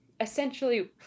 essentially –